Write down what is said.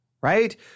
right